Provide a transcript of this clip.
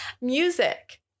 Music